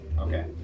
Okay